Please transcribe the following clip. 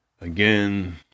again